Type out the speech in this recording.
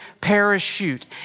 parachute